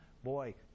Boy